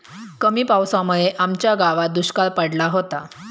कमी पावसामुळे आमच्या गावात दुष्काळ पडला होता